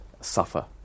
suffer